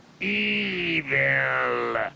Evil